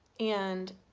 and